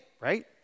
right